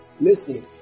Listen